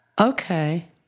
Okay